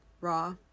raw